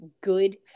good